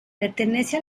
pertenece